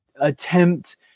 attempt